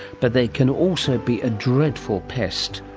but they can also be a dreadful pest,